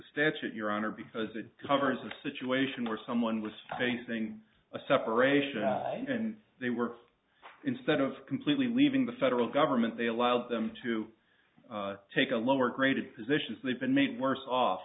statute your honor because it covers a situation where someone was facing a separation and they were instead of completely leaving the federal government they allowed them to take a lower graded positions they've been made worse off